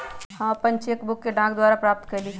हम अपन cheque book डाक द्वारा प्राप्त कईली ह